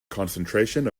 concentration